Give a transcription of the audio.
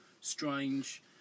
strange